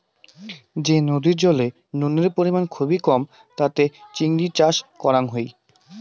যে নদীর জলে নুনের পরিমাণ খুবই কম তাতে চিংড়ি চাষ করাং হই